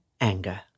anger